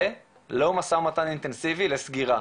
זה לא משא ומתן אינטנסיבי לסגירה.